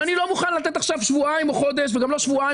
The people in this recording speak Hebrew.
אז אני לא מוכן לתת עכשיו שבועיים או חודש וגם לא שבועיים